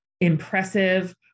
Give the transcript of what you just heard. impressive